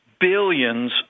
billions